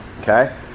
Okay